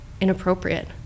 inappropriate